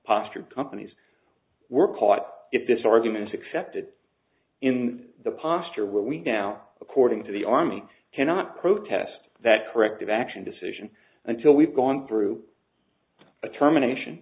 postured companies were caught if this argument accepted in the past or what we now according to the army cannot protest that corrective action decision until we've gone through a termination